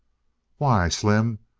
why, slim,